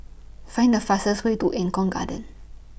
Find The fastest Way to Eng Kong Garden